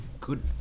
Good